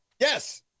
yes